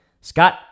Scott